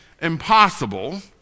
impossible